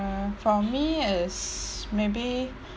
uh for me is maybe